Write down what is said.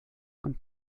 und